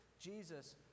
Jesus